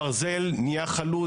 הברזל נהיה חלוד.